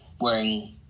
wearing